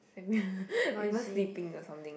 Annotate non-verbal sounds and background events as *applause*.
*laughs* we were sleeping or something